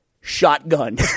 shotgun